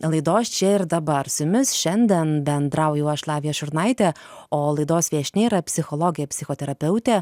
laidos čia ir dabar su jumis šiandien bendrauju aš lavija šurnaitė o laidos viešnia yra psichologė psichoterapeutė